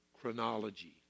chronology